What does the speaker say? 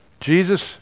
Jesus